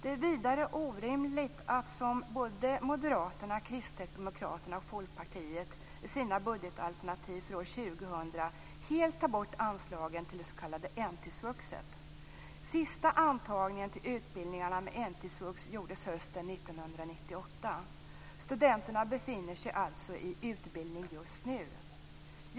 Det är vidare orimligt att som både Moderaterna, Kristdemokraterna och Folkpartiet i sina budgetalternativ för år 2000 helt ta bort anslagen till det s.k. NT-svuxet. Sista antagningen till utbildningarna med NT-svux gjordes hösten 1998. Studenterna befinner sig alltså i utbildning just nu.